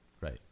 Right